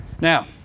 now